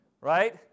right